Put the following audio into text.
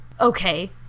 okay